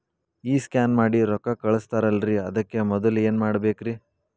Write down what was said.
ಈ ಸ್ಕ್ಯಾನ್ ಮಾಡಿ ರೊಕ್ಕ ಕಳಸ್ತಾರಲ್ರಿ ಅದಕ್ಕೆ ಮೊದಲ ಏನ್ ಮಾಡ್ಬೇಕ್ರಿ?